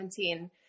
2017